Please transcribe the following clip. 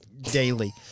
daily